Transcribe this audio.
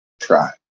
try